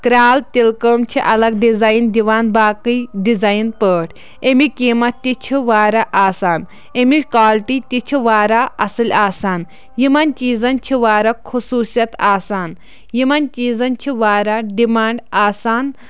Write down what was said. کرٛال تِلہٕ کٲم چھِ الگ ڈِزاین دِوان باقٕے ڈِزاین پٲٹھۍ اَمِکۍ قۭمَت تہِ چھِ واراہ آسان أمِچ کالٹی تہِ چھِ واراہ اَصٕل آسان یِمَن چیٖزَن چھِ واراہ خصوٗصیت آسان یِمَن چیٖزَن چھِ واراہ ڈِمانٛڈ آسان